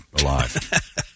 alive